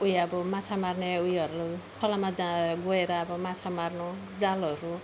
कोही अब माछा मार्ने ऊ योहरू खोलामा जा गएर अब माछा मार्नु जालहरू